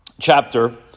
chapter